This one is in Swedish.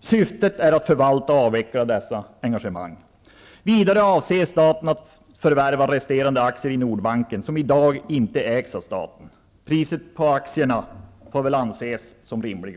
Syftet är att bolaget skall förvalta och avveckla dessa engagemang. Nordbanken som i dag inte ägs av staten. Priset på aktierna får anses som rimligt.